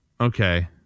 Okay